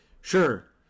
sure